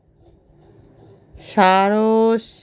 সারস